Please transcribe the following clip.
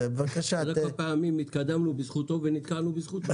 אתה יודע כמה פעמים התקדמנו בזכותו ונתקענו בזכותו?